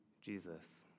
Jesus